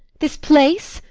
this place?